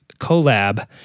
collab